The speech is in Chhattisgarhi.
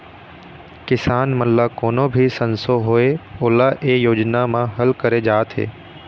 किसान मन ल कोनो भी संसो होए ओला ए योजना म हल करे जाथे